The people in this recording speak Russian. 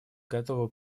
готово